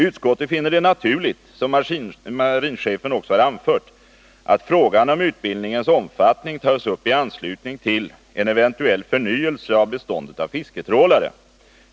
Utskottet finner det naturligt — som marinchefen också har anfört — att frågan om utbildningens omfattning tas upp i anslutning till en eventuell förnyelse av beståndet av fisketrålare.